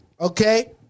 okay